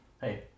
Hey